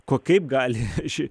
ko kaip gali ši